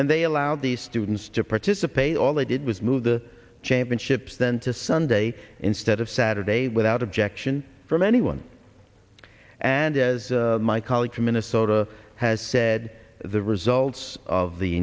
and they allowed the students to participate all they did was move the championships then to sunday instead of saturday without objection from anyone and as my colleague from minnesota has said the results of the